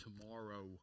tomorrow